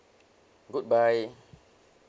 goodbye